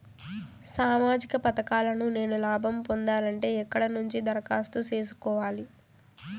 సామాజిక పథకాలను నేను లాభం పొందాలంటే ఎక్కడ నుంచి దరఖాస్తు సేసుకోవాలి?